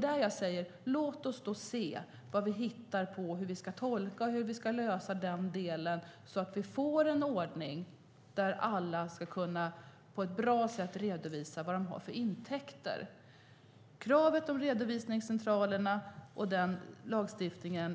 Därför säger jag: Låt oss se hur vi ska lösa den delen, så att vi får en ordning där alla på ett bra sätt ska kunna redovisa vad de har för intäkter. Lagstiftningen med krav på redovisningscentraler